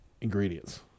ingredients